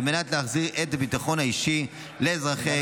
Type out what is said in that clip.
על מנת להחזיר את הביטחון האישי לאזרחי